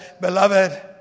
Beloved